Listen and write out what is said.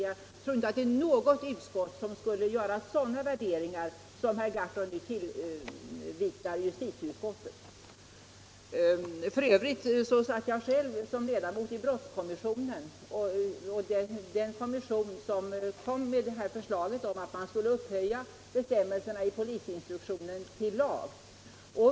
Jag tror inte att något utskott skulle göra sådana värderingar som herr Gahrton nu tillvitar justitieutskottet. Jag var f. ö. själv ledamot av brottskommissionen, som föreslog att man skulle upphöja dessa bestämmetlser i polisinstruktionen till lag.